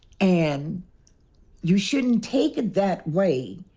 and you shouldn't take it that way,